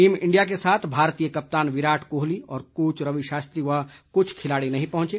team India के साथ भारतीय कप्तान विराट कोहली कोच रवि शास्त्री और कुछ खिलाड़ी नही पहुंचे